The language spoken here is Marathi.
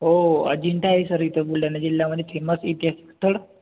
हो अजिंठा आहे सर इथे बुलढाणा जिल्ह्यामध्ये फेमस ऐतिहासिक स्थळ